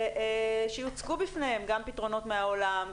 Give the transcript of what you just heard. ושיוצגו בפניהם גם פתרונות מהעולם,